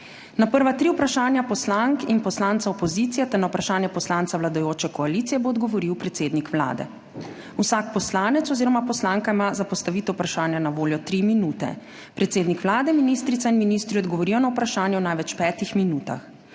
Na prva tri vprašanja poslank in poslancev opozicije ter na vprašanje poslanca vladajoče koalicije bo odgovoril predsednik Vlade. Vsak poslanec oziroma poslanka ima za postavitev vprašanja na voljo tri minute. Predsednik Vlade, ministrica in ministri odgovorijo na vprašanje v največ petih minutah.